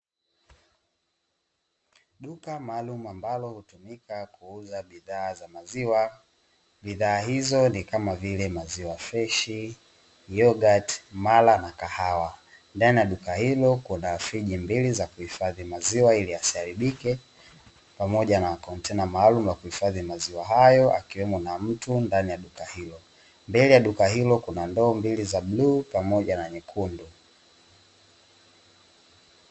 Duka maalumu ambalo hutumika kuuza bidhaa za maziwa bidhaa hizo ni kama vile maziwa freshi, yogati, mala ,na kahawa. Ndani ya duka hilo kuna friji mbili za kuhifadhi maziwa ili asiharibike, pamoja na kontena maalum na kuhifadhi maziwa hayo akiwemo na mtu ndani ya duka hilo. Mbele ya duka hilo kuna ndoo mbili za bluu pamoja na nyekundu.